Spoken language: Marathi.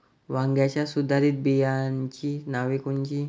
वांग्याच्या सुधारित बियाणांची नावे कोनची?